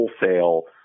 wholesale